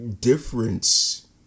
difference